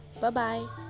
Bye-bye